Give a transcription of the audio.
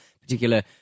particular